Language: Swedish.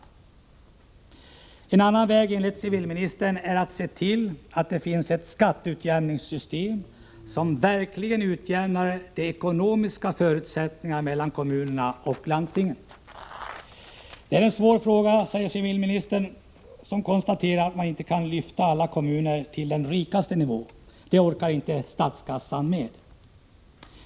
Ytterligare en väg är enligt civilministern att se till att det finns ett skatteutjämningssystem som verkligen utjämnar de ekonomiska skillnaderna mellan kommunerna och landstingen. Detta är en svår fråga, säger civilministern. Han konstaterar att man inte kan lyfta alla kommuner till den nivå som de rikaste kommunerna har. Det orkar inte statskassan med.